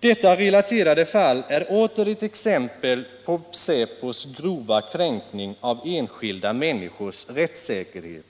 Detta relaterade fall är åter ett exempel på säpos grova kränkning av enskilda människors rättssäkerhet